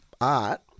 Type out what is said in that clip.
art